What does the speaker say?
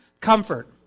Comfort